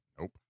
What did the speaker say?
Nope